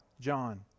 John